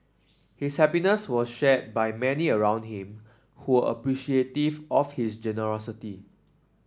his happiness was shared by many around him who were appreciative of his generosity